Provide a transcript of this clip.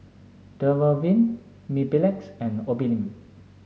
Dermaveen Mepilex and Obimin